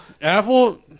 apple